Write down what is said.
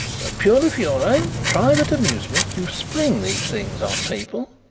purely for your own private amusement you spring these things on people.